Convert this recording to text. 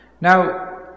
Now